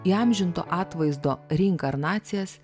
įamžinto atvaizdo reinkarnacijas